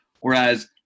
whereas